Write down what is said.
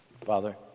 Father